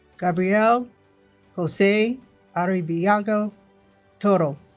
gabriel jose arrivillaga toro